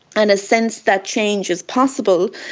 and a sense that change is possible,